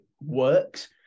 Works